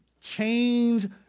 change